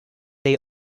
they